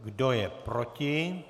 Kdo je proti?